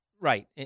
Right